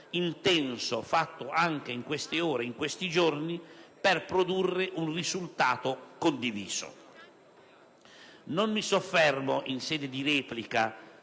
intenso svolto anche in queste ore e in questi giorni per produrre un risultato condiviso. Non mi soffermo, in sede di replica,